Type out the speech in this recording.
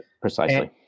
Precisely